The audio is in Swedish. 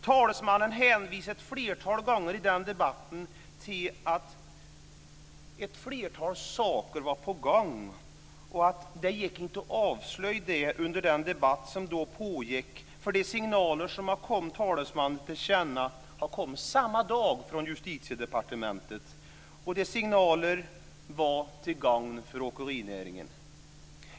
Talesmannen hänvisade ett flertal gånger i debatten till att ett flertal saker var på gång och att det inte gick att avslöja det under den debatt som då pågick. De signaler som hade kommit talesmannen till känna hade kommit samma dag från Justitiedepartementet. Signalerna var till gagn för åkerinäringen.